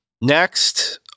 Next